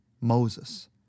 Moses